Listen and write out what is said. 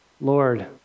Lord